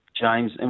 James